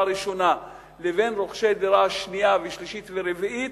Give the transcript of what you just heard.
ראשונה לבין רוכשי דירה שנייה ושלישית ורביעית,